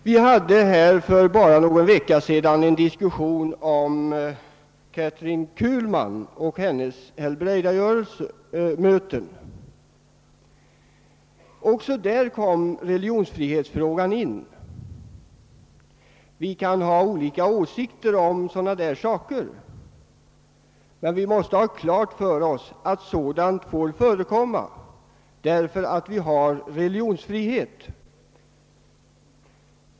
Det fördes i denna kammare för bara någon vecka sedan en diskussion om Kathryn Kuhlmans helbrägdagörelsemöten. Också i detta sammanhang kom religionsfrihetsfrågan in i bilden. Vi kan ha olika åsikter om företeelser som dessa, men vi måste ha klart för oss att de skall tillåtas förekomma just med hänsyn - till religionsfriheten.